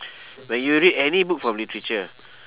when you read any book from literature